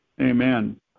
Amen